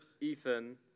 Ethan